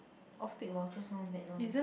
off-peak vouchers all mad one